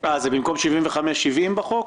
זה במקום 75, 70 בחוק?